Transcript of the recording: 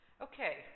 Okay